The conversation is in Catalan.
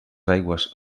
aigües